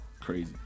crazy